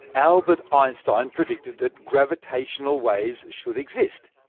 albert einstein predicted that gravitational waves should exist.